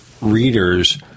readers